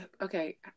okay